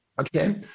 Okay